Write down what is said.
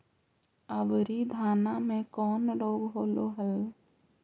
अबरि धाना मे कौन रोग हलो हल?